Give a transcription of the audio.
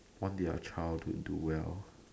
want their child to do well